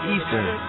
Eastern